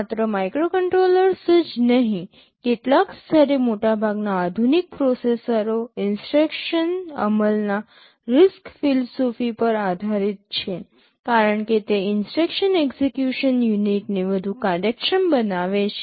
માત્ર માઇક્રોકન્ટ્રોલર્સ જ નહીં કેટલાક સ્તરે મોટાભાગના આધુનિક પ્રોસેસરો ઇન્સટ્રક્શન અમલના RISC ફિલસૂફી પર આધારિત છે કારણ કે તે ઇન્સટ્રક્શન એક્ઝેક્યુશન યુનિટને વધુ કાર્યક્ષમ બનાવે છે